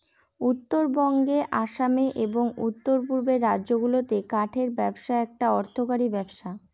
উত্তরবঙ্গে আসামে এবং উত্তর পূর্বের রাজ্যগুলাতে কাঠের ব্যবসা একটা অর্থকরী ব্যবসা